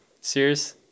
Serious